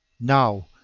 now,